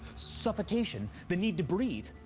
suffocation the need to breathe.